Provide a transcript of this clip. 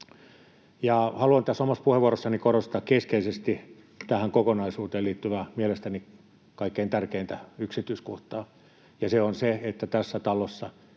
Haluan tässä omassa puheenvuorossani korostaa keskeisesti tähän kokonaisuuteen liittyvää, mielestäni kaikkein tärkeintä yksityiskohtaa, ja se on se, että tässä talossa